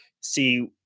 see